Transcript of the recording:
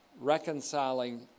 reconciling